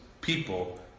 people